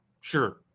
Sure